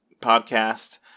podcast